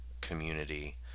community